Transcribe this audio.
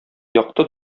якты